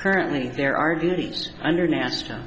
currently there are these under nasa